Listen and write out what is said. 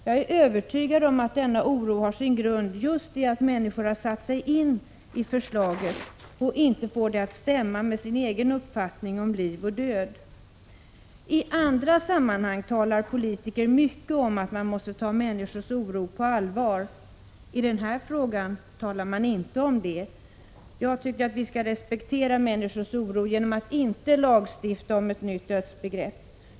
Jag är övertygad om att denna oro har sin grund just i att människor har satt sig in i förslaget och inte får det att stämma med sin egen uppfattning om liv och död. I andra sammanhang talar politiker mycket om att man måste ta människors oro på allvar. I denna fråga talar man inte om detta. Jag tycker att vi skall respektera människors oro genom att inte lagstifta om ett nytt dödsbegrepp.